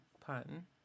pun